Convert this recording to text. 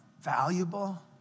valuable